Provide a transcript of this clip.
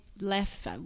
left